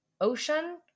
ocean